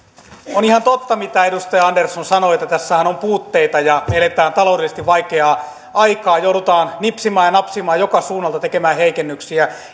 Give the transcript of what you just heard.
on ihan totta mitä edustaja andersson sanoi että tässähän on puutteita ja eletään taloudellisesti vaikeaa aikaa joudutaan nipsimään ja napsimaan joka suunnalta tekemään heikennyksiä